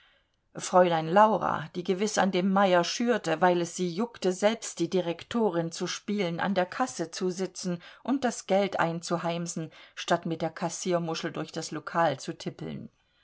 fräulein laura die gewiß an dem meyer schürte weil es sie juckte selbst die direktorin zu spielen an der kasse zu sitzen und das geld einzuheimsen statt mit der kassiermuschel durch das lokal zu tippeln